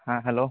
হ্যাঁ হ্যালো